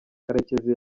karekezi